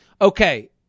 Okay